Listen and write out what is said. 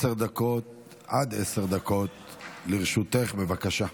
עד עשר דקות לרשותך, בבקשה.